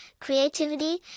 creativity